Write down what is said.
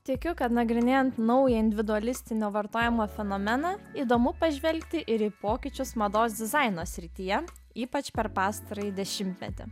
tikiu kad nagrinėjant naują individualistinio vartojimo fenomeną įdomu pažvelgti ir į pokyčius mados dizaino srityje ypač per pastarąjį dešimtmetį